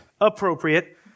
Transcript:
appropriate